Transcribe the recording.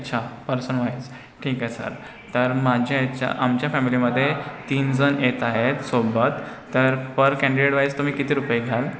अच्छा पर्सनवाईज ठीक आहे सर तर माझ्या हिच्या आमच्या फॅमिलीमध्ये तीनजण येत आहेत सोबत तर पर कॅन्डिडेटवाईज तुम्ही किती रुपये घ्याल